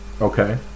Okay